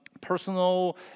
personal